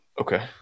okay